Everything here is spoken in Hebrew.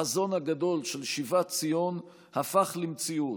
החזון הגדול של שיבת ציון הפך למציאות.